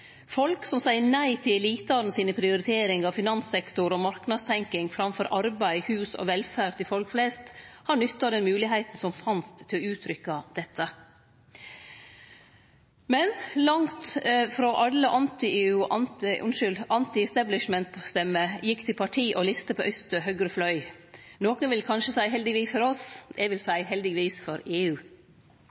Folk som seier nei til elitane sine prioriteringar av finanssektor og marknadstenking framfor arbeid, hus og velferd til folk flest, har nytta den moglegheita som fanst til å uttrykkje dette. Men langt frå alle anti-EU- og anti-establishment-stemmer gjekk til parti og lister på ytste høgre fløy. Nokre vil kanskje seie heldigvis for oss. Eg vil seie heldigvis for EU.